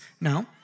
No